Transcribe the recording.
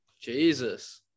jesus